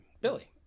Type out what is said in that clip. Billy